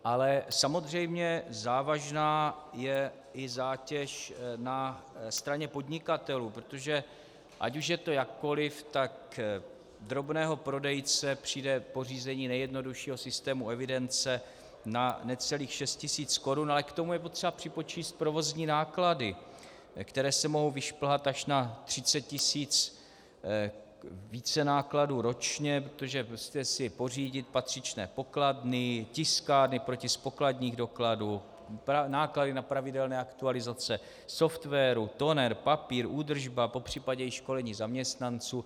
Ale samozřejmě závažná je i zátěž na straně podnikatelů, protože ať už je to jakkoliv, tak drobného prodejce přijde pořízení nejjednoduššího systému evidence na necelých šest tisíc korun, ale k tomu je potřeba připočíst provozní náklady, které se mohou vyšplhat až na 30 tisíc vícenákladů ročně, protože si musí pořídit patřičné pokladny, tiskárny pro tisk pokladních dokladů, náklady na pravidelné aktualizace softwaru, toner, papír, údržba, popřípadě i školení zaměstnanců.